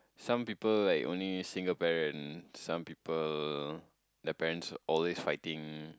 some people like only single parent some people their parents are always fighting